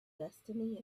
destiny